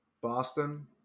Boston